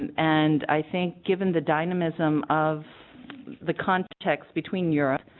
and and i think given the dynamism of the context between europe